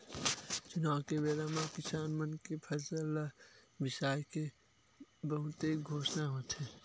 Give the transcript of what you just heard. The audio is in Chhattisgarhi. चुनाव के बेरा म किसान मन के फसल ल बिसाए के बहुते घोसना होथे